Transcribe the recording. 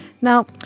Now